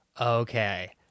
okay